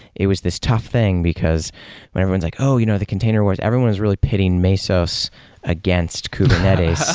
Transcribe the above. it was this tough thing because when everyone's like, oh! you know the container wars! everyone is really pitting mesas against kubernetes,